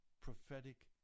prophetic